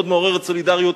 מאוד מעוררת סולידריות,